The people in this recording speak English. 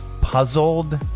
puzzled